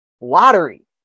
lottery